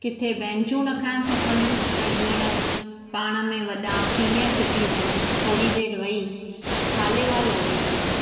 किथे बैंचू रखणु खपनि त जीअं पाण में वॾा सिनीअर सिटीज़न्स थोरी देरि वेही हाल अहिवाल ओड़े सघनि